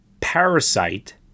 Parasite